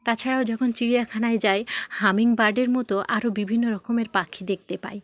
তাছাড়াও যখন চিড়িয়াখানায় যাই হামিংবার্ডের মতো আরও বিভিন্ন রকমের পাখি দেখতে পাই